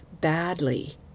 badly